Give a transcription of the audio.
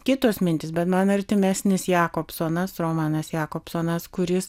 kitos mintys bet man artimesnis jakobsonas romanas jakobsonas kuris